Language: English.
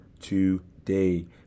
today